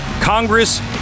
Congress